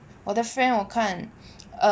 我的 friend 我看